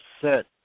set